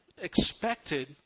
expected